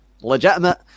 legitimate